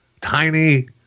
tiny